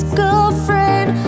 girlfriend